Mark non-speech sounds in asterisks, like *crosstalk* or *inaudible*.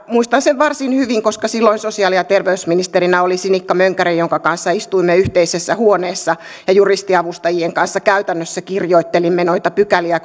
muistan sen varsin hyvin koska silloin sosiaali ja terveysministerinä oli sinikka mönkäre jonka kanssa istuimme yhteisessä huoneessa ja juristiavustajien kanssa käytännössä kirjoittelimme noita pykäliä *unintelligible*